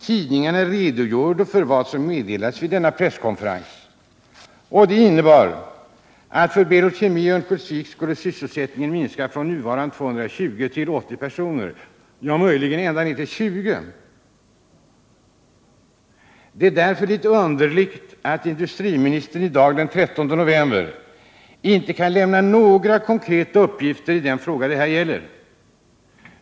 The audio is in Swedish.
Tidningarna redogjorde för vad som meddelades vid denna presskonferens. Planen innebar att antalet sysselsatta vid Berol Kemi i Örnsköldsvik skulle minska från nuvarande 220 personer till 80, ja, möjligen ända ner till 20 personer. Det är därför litet underligt att industriministern i dag, den 13 november, inte kan lämna några konkreta uppgifter i den fråga det här gäller.